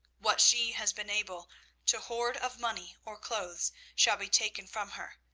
what she has been able to hoard of money or clothes shall be taken from her,